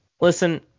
Listen